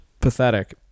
Pathetic